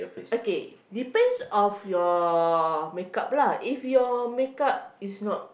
okay depends of your makeup lah if your makeup is not